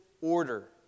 order